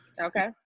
okay